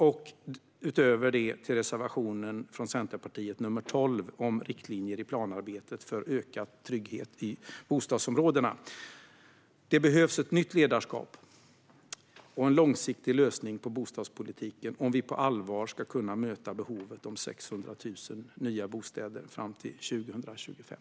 Utöver detta yrkar jag bifall till reservation 12 från Centerpartiet om riktlinjer i planarbetet för ökad trygghet i bostadsområdena. Det behövs ett nytt ledarskap och en långsiktig lösning på bostadspolitiken om vi på allvar ska kunna möta behovet om 600 000 nya bostäder fram till 2025.